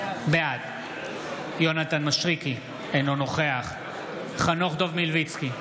בעד יונתן מישרקי, אינו נוכח חנוך דב מלביצקי,